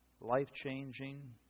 life-changing